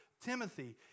Timothy